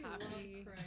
happy